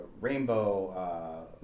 Rainbow